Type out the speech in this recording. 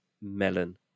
melon